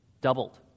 doubled